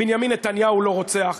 בנימין נתניהו לא רוצח,